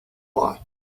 lot